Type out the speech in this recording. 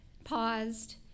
paused